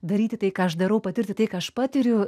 daryti tai ką aš darau patirti tai ką aš patiriu